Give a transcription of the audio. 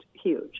huge